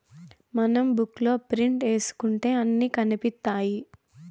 మనం బుక్ లో ప్రింట్ ఏసుకుంటే అన్ని కనిపిత్తాయి